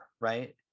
right